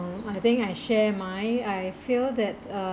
I think I share my I feel that uh